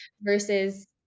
versus